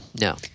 No